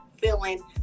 feeling